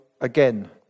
again